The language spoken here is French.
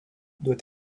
doit